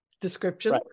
description